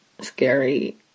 scary